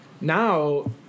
Now